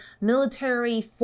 Military